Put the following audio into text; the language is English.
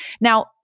Now